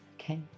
Okay